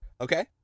Okay